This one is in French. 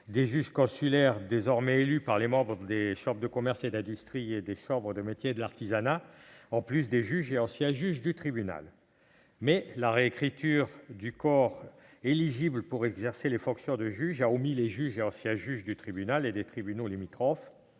des juges consulaires, désormais élus par les membres des chambres de commerce et d'industrie et des chambres de métiers et de l'artisanat, en plus des juges et anciens juges du tribunal. Toutefois, en recomposant le corps éligible pour exercer les fonctions de juge, on a omis les juges et anciens juges du tribunal et des tribunaux limitrophes.